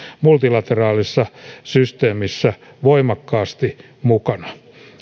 multilateraalisessa systeemissä voimakkaasti mukana